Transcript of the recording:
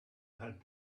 had